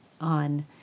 on